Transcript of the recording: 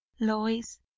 Lois